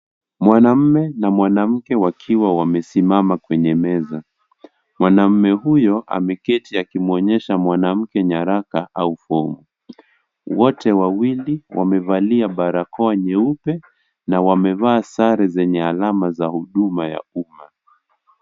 Mwanaume na mwanamke wakiwa wamesimama kwenye meza. Mwanaume huyo, ameketi akimwonyeaha mwanamke nyaraka au fomu. Waote wawili wamevalia barakoa nyeupe na wamevaa sare yenye alama za huduma ya umma.